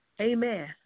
Amen